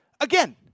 Again